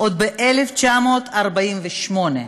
עוד ב-1948.